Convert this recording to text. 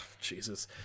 Jesus